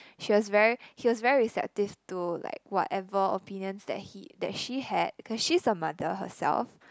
she was very he was very receptive to like whatever opinions that he that she had cause she's a mother herself